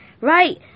Right